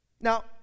Now